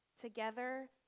Together